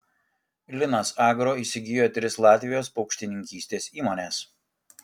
linas agro įsigijo tris latvijos paukštininkystės įmones